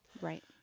Right